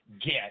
get